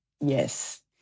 yes